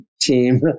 team